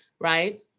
right